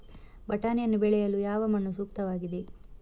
ಬಟಾಣಿಯನ್ನು ಬೆಳೆಯಲು ಯಾವ ಮಣ್ಣು ಸೂಕ್ತವಾಗಿದೆ?